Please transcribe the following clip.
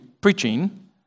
preaching